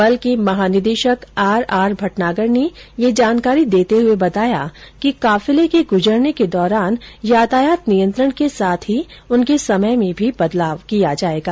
बल के महानिदेशक आर आर भटनागर ने ये जानकारी देते हुए बताया कि काफिलों के गुजरने के दौरान यातायात नियंत्रण के साथ ही उनके समय में भी बदलाव किया जाएगा